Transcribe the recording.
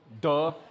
Duh